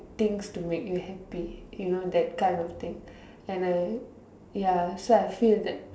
things to make you happy you know that kind of thing and I ya so I feel that